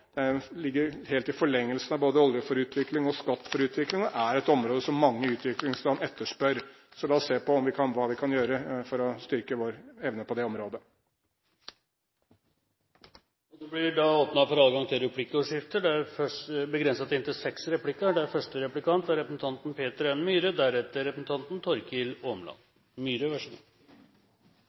ligger helt i forlengelsen av «Olje for utvikling» og «Skatt for utvikling» og er et område som mange utviklingsland etterspør. La oss se på hva vi kan gjøre for å styrke vår evne på det området. Det blir replikkordskifte. I mitt innlegg snakket jeg litt om korrupsjon. Jeg savnet det fra statsrådens side, selv om det er omtalt i meldingen. Korrupsjon er det